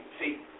see